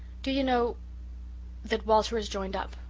do you know that walter has joined up.